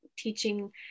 teaching